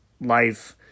life